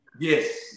Yes